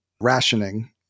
rationing